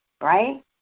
right